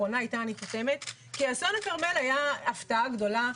היה הפתעה גדולה.